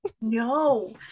No